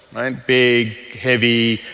and big heavy,